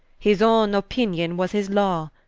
his owne opinion was his law.